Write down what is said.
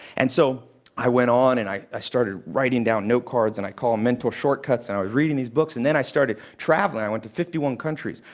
and so i went on, and i i started writing down note cards. i called them mental shortcuts. and i was reading these books. and then i started traveling. i went to fifty one countries.